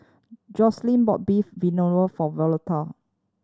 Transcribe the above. Joselyn bought Beef Vindaloo for